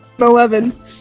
Eleven